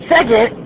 Second